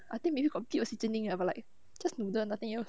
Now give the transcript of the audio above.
I think maybe got a bit of seasoning but like just noodles nothing else